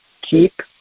keep